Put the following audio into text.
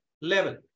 level